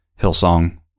Hillsong